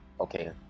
Okay